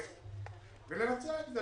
להתכנס ולבצע את זה.